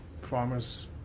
farmers